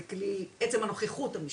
עצם הנוכחות המשטרתית,